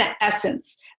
essence